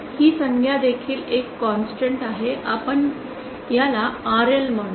ही संज्ञा देखील एक कॉन्स्टन्ट आहे आपण याला RL म्हणू